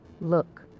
look